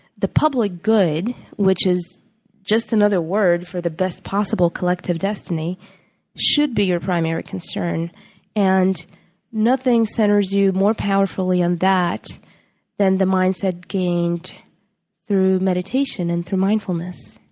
the public good which is just another word for the best possible collective destiny should be your primary concern and nothing centers you more powerfully on that than the mindset gained through meditation and through mindfulness.